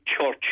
church